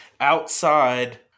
outside